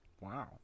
Wow